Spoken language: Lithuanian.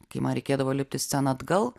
kai man reikėdavo lipt į sceną atgal